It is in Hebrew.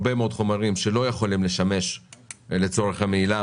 הרבה מאוד חומרים שלא יכולים לשמש לצורך מהילה,